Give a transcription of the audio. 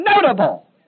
notable